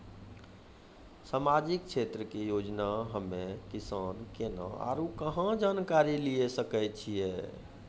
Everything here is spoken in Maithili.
समाजिक क्षेत्र के योजना हम्मे किसान केना आरू कहाँ जानकारी लिये सकय छियै?